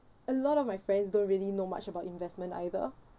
a lot of my friends don't really know much about investment either